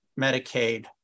Medicaid